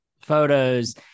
photos